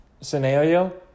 scenario